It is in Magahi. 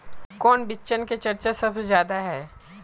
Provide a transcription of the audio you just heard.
कौन बिचन के चर्चा सबसे ज्यादा है?